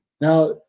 Now